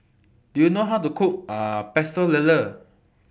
Do YOU know How to Cook Pecel Lele